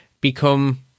become